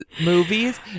movies